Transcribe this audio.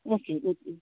okay okay